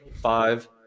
five